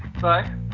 Bye